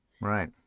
Right